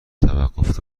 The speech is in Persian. توقف